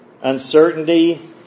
uncertainty